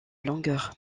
longueur